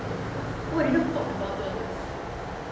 oh didn't pop the bubble